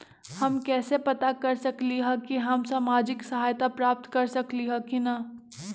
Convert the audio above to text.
हम कैसे पता कर सकली ह की हम सामाजिक सहायता प्राप्त कर सकली ह की न?